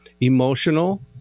emotional